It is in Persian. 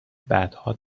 بعدها